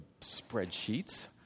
spreadsheets